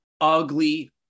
ugly